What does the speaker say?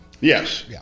Yes